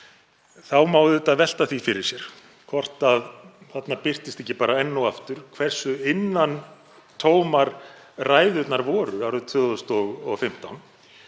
þá má auðvitað velta því fyrir sér hvort að þarna birtist ekki bara enn og aftur hversu innantómar ræðurnar voru árið 2015.